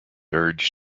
urge